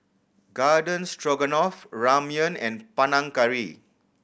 Garden Stroganoff Ramyeon and Panang Curry